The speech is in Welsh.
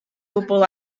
gwbl